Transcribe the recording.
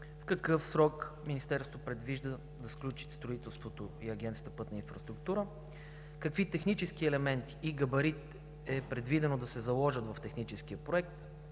Какъв срок Министерството предвижда да сключат строителството и Агенцията „Пътна инфраструктура“? Какви технически елементи и габарит е предвидено да се заложат в техническия проект?